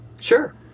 Sure